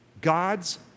God's